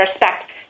respect